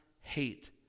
hate